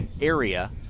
area